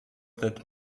that